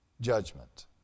judgment